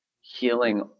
healing